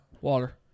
Water